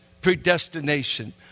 predestination